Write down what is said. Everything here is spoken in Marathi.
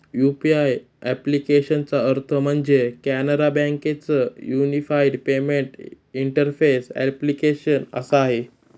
यु.पी.आय ॲप्लिकेशनचा अर्थ म्हणजे, कॅनरा बँके च युनिफाईड पेमेंट इंटरफेस ॲप्लीकेशन असा आहे